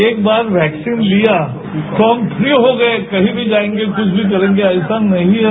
एक बार वैक्सीन लिया तो हम फ्री हो गए कहीं भी जाएंगे कुछ भी करेंगे ऐसा नहीं है